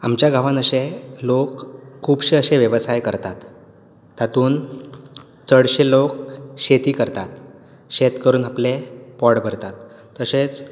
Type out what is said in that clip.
आमच्या गांवांत अशे लोक खुबशे अशे वेवसाय करतात तातून चडशे लोक शेती करतात शेत करून आपलें पोट भरतात तशेंच